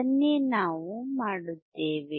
ಅದನ್ನೇ ನಾವು ಮಾಡುತ್ತೇವೆ